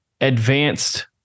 advanced